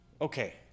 Okay